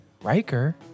Riker